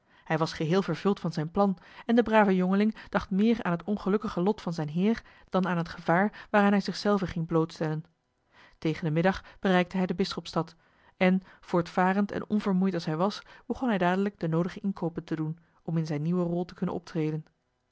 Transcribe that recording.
hij was geheel vervuld van zijn plan en de brave jongeling dacht meer aan het ongelukkige lot van zijn heer dan aan het gevaar waaraan hij zichzelven ging blootstellen tegen den middag bereikte hij de bisschopsstad en voortvarend en onvermoeid als hij was begon hij dadelijk de noodige inkoopen te doen om in zijne nieuwe rol te kunnen optreden